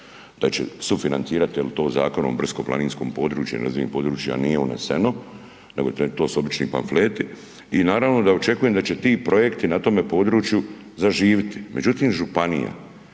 da će sufinancirati jer to Zakonom o brdsko-planinskom području nerazvijena područja nije uneseno nego to su obični pamfleti. I naravno da očekujem da će ti projekti na tome području zaživiti. Međutim županija